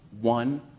one